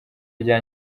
rya